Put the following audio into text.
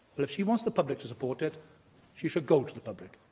well, if she wants the public to support it, she should go to the public.